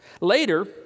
Later